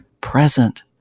present